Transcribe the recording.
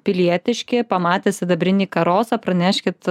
pilietiški pamatę sidabrinį karosą praneškit